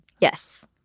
Yes